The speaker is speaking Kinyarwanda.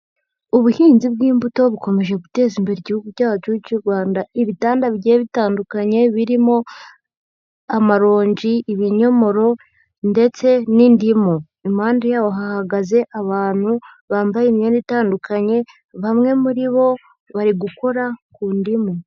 Ubuhinzi bw'imbuto bukomeje guteza imbere Igihugu cyacu cy'u Rwanda, ibitanda bigiye bitandukanye birimo amaronji, ibinyomoro ndetse n'indimu, impande yaho hahagaze abantu bambaye imyenda itandukanye, bamwe muri bo bari gukora ku ndimu.